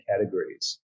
categories